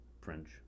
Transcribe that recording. French